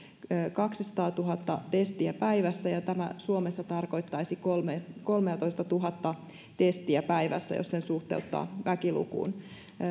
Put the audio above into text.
kaksisataatuhatta testiä päivässä ja tämä suomessa tarkoittaisi kolmeatoistatuhatta testiä päivässä jos sen suhteuttaa väkilukuun